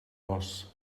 loss